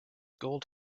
gold